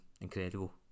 incredible